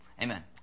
amen